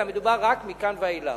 אלא מדובר רק מכאן ואילך.